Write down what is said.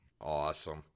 Awesome